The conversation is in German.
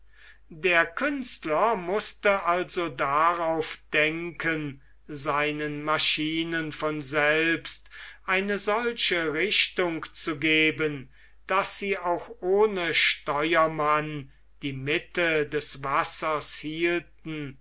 der künstler mußte also darauf denken seinen maschinen von selbst eine solche richtung zu geben daß sie auch ohne steuermann die mitte des wassers hielten